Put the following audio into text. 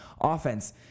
offense